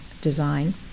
design